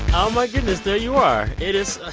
oh, my goodness. there you are. it is. ah